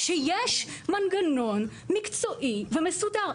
כשיש מנגנון מקצועי ומסודר.